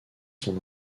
son